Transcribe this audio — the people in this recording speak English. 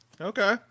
Okay